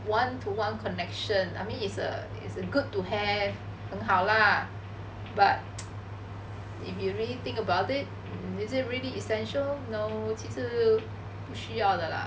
one to one connection I mean it's a it's a good to have 很好 lah but if you really think about is it really essential no 其实不需要的 lah